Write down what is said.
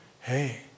hey